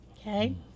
Okay